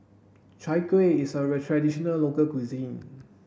chai kueh is a traditional local cuisine